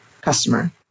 customer